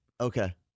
Okay